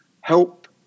help